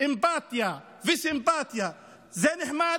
אמפתיה וסימפתיה זה נחמד,